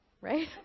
right